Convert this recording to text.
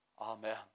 Amen